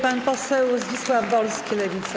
Pan poseł Zdzisław Wolski, Lewica.